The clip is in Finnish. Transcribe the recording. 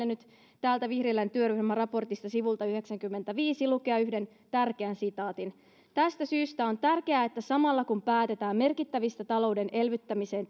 nyt täältä vihriälän työryhmän raportista sivulta yhdeksänkymmentäviisi lukea yhden tärkeän sitaatin tästä syystä on tärkeää että samalla kun päätetään merkittävistä talouden elvyttämiseen